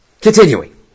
Continuing